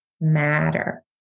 matter